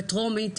בטרומית.